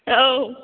औ